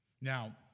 Now